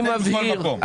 אני מבהיר,